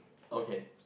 okay